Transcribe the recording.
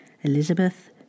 Elizabeth